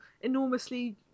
enormously